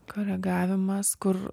koregavimas kur